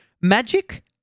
Magic